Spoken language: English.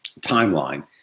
timeline